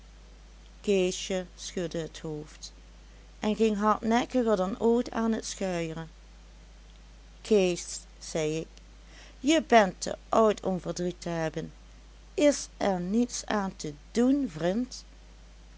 keesje schudde het hoofd en ging hardnekkiger dan ooit aan het schuieren kees zei ik je bent te oud om verdriet te hebben is er niets aan te doen vrind